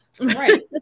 Right